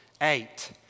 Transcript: Eight